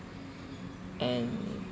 and